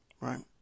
right